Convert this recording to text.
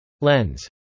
Lens